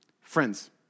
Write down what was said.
Friends